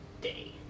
day